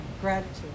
gratitude